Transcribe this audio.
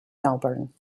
melbourne